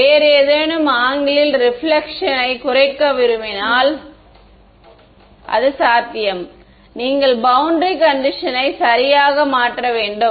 வேறு ஏதேனும் ஆங்கிள் லில் ரிபிலக்ஷன் யை குறைக்க நான் விரும்பினால் அது சாத்தியம் நீங்கள் பௌண்டரி கண்டிஷன்னை சரியாக மாற்ற வேண்டும்